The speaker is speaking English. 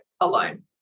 alone